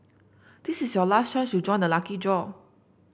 this is your last chance to join the lucky draw